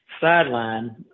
sideline